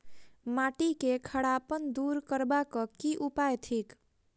माटि केँ खड़ापन दूर करबाक की उपाय थिक?